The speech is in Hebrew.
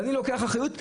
אני לוקח את האחריות,